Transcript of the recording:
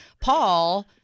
Paul